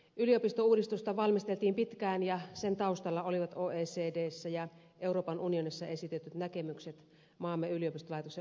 yliopistouudistusta valmisteltiin pitkään ja sen taustalla olivat oecdssä ja euroopan unionissa esitetyt näkemykset maamme yliopistolaitoksen uudenaikaistamisesta